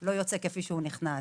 לא יוצא כפי שנכנס.